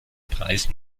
preis